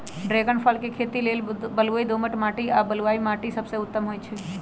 dragon फल के खेती लेल बलुई दोमट माटी आ बलुआइ माटि सबसे उत्तम होइ छइ